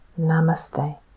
Namaste